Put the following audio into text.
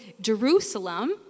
Jerusalem